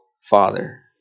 father